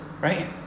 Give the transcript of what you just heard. right